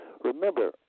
Remember